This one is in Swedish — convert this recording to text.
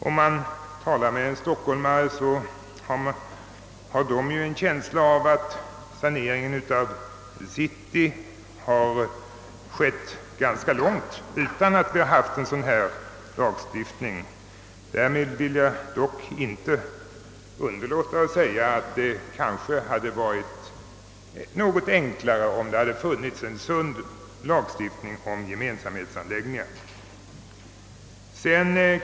Om man talar med stockholmare så har de en känsla av att saneringen av city har kommit ganska långt utan att vi haft en sådan här lagstiftning. Jag vill dock inte underlåta att säga att det kanske hade varit något enklare om det funnits en sund lagstiftning beträffande gemensamhetsanläggningar.